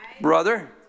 brother